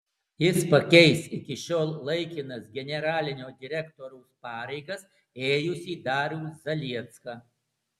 jis pakeis iki šiol laikinas generalinio direktoriaus pareigas ėjusį darių zaliecką